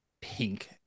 pink